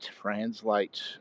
translate